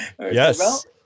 Yes